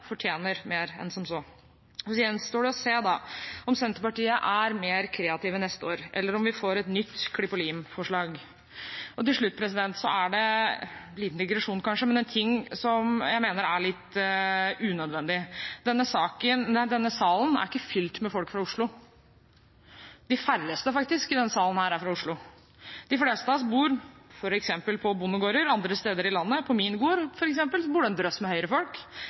fortjener mer enn som så. Så gjenstår det å se om Senterpartiet er mer kreative neste år, eller om vi får et nytt klipp-og-lim-forslag. Til slutt – kanskje en liten digresjon – til noe jeg mener er litt unødvendig: Denne salen er ikke fylt med folk fra Oslo. De færreste, faktisk, i denne salen er fra Oslo. De fleste av oss bor andre steder i landet – f.eks. på bondegårder. På min gård, f.eks., bor det en drøss med